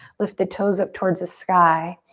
lift the toes up towards the sky.